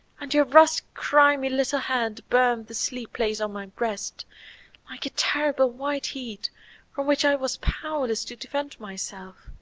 and your rust-grimy little hand burned the sleep-place on my breast like a terrible white heat from which i was powerless to defend myself.